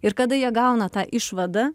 ir kada jie gauna tą išvadą